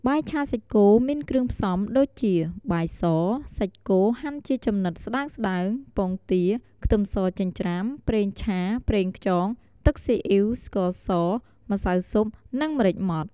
បាយឆាសាច់គោមានគ្រឿងផ្សំដូចជា បាយស សាច់គោហាន់ជាចំណិតស្តើងៗ ពងទា ខ្ទឹមសចិញ្ច្រាំ ប្រេងឆា ប្រេងខ្យង ទឹកស៊ីអ៊ីវ ស្ករស ម្សៅស៊ុប និង ម្រេចម៉ដ្ឋ។